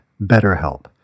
BetterHelp